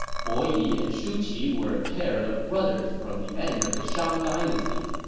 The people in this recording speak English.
bo yi and shu qi were a pair of brothers from the end of the shang dynasty,